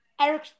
Eric